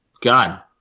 God